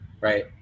right